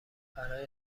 برای